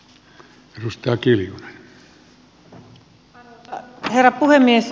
arvoisa herra puhemies